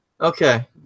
Okay